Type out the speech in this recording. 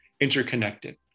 interconnected